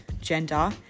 gender